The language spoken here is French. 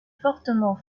fortement